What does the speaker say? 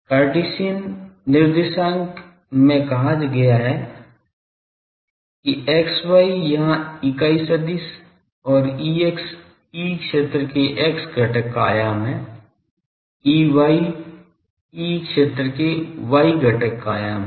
Cartesian निर्देशांक में कहा गया है कि x y यहाँ इकाई सदिश और Ex ई क्षेत्र के x घटक का आयाम है Ey ई क्षेत्र के y घटक का आयाम है